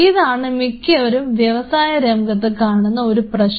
ഇതാണ് മിക്കവരും വ്യവസായരംഗത്ത് കാണുന്ന ഒരു പ്രശ്നം